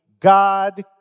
God